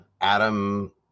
adam